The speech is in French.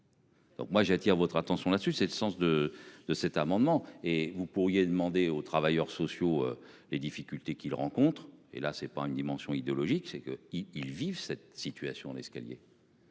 Donc moi j'attire votre attention là-dessus, c'est le sens de de cet amendement. Et vous pourriez demander aux travailleurs sociaux les difficultés qu'ils rencontrent et là c'est pas une dimension idéologique c'est que ils ils vivent cette situation l'escalier.